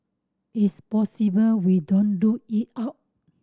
it's possible we don't rule it out